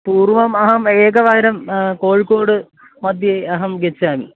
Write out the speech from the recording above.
पूर्वम् अहम् एकवारं कोल्कोड् मध्ये अहं गच्छामि